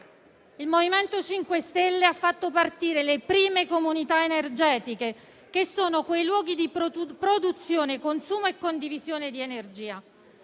Il MoVimento 5 Stelle ha fatto partire le prime comunità energetiche, che sono luoghi di produzione, consumo e condivisione di energia.